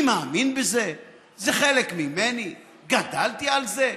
אני מאמין בזה, זה חלק ממני, גדלתי על זה.